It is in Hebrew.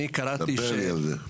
ספר לי על זה.